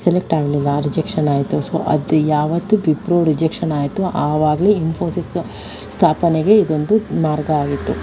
select ಗಲಿಲ್ಲ rejection ಆಯಿತು so ಅದು ಯಾವತ್ತು ವಿಪ್ರೊ ರಿಜೆಕ್ಷನ್ ಆಯಿತು ಆವಾಗ್ಲೆ ಇನ್ಫೋಸಿಸ್ ಸ್ಥಾಪನೆಗೆ ಇದೊಂದು ಮಾರ್ಗ ಆಗಿತ್ತು